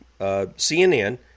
CNN